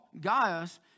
Gaius